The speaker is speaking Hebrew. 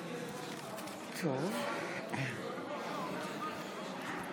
(קוראת בשמות חברי הכנסת)